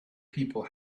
people